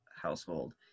household